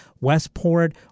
Westport